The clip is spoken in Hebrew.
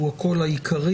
הוא הקול העיקרי.